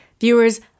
viewers